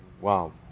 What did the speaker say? wow